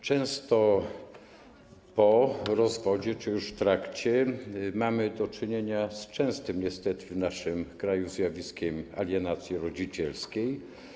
Często po rozwodzie czy już w trakcie mamy do czynienia z częstym niestety w naszym kraju zjawiskiem alienacji rodzicielskiej.